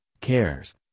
cares